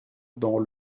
dans